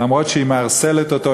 ואף-על-פי שהיא מערסלת אותו,